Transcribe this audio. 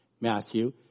Matthew